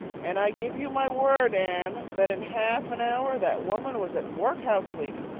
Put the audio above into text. and i give you my word, anne, that in half an hour that woman was at work housecleaning.